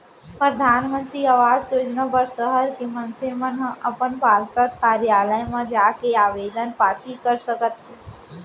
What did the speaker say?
परधानमंतरी आवास योजना बर सहर के मनसे मन ह अपन पार्षद कारयालय म जाके आबेदन पाती कर सकत हे